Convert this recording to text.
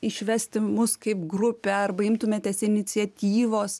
išvesti mus kaip grupę arba imtumėtės iniciatyvos